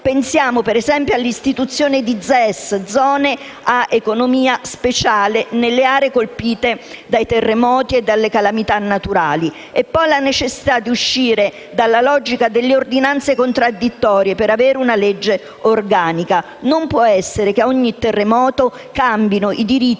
pensiamo, ad esempio, all'istituzione di zone a economia speciale (ZES) nelle aree colpite dai terremoti e dalle calamità naturali; vi è poi la necessità di uscire dalla logica delle ordinanze contraddittorie per avere una legge organica: non è possibile che a ogni terremoto cambino i diritti